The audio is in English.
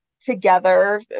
together